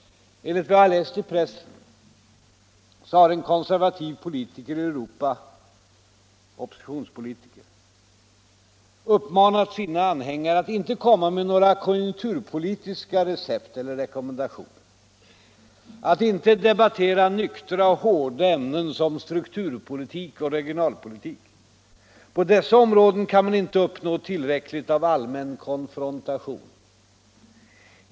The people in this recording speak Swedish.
Enligt vad jag har läst i pressen har en konservativ oppositionspolitiker ute i Europa uppmanat sina anhängare att inte komma med några konjunkturpolitiska recept eller rekommendationer, att inte debattera nyktra och hårda ämnen som strukturpolitik och regionalpolitik. På dessa områden kan man inte uppnå tillräckligt av allmän konfrontation.